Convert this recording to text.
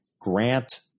grant